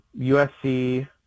USC